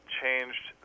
changed